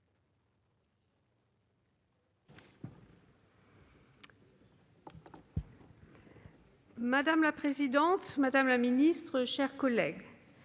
Madame la présidente, madame la ministre, mes chers collègues,